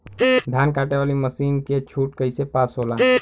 धान कांटेवाली मासिन के छूट कईसे पास होला?